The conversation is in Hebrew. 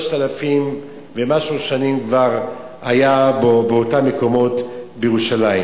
3,000 ומשהו שנים כבר היה באותם מקומות בירושלים.